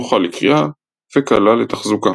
נוחה לקריאה וקלה לתחזוקה.